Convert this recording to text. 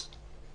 אתה זוכר את